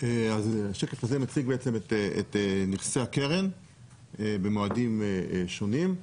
אז השקף הזה מציג בעצם את נכסי הקרן במועדים שונים.